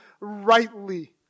rightly